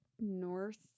North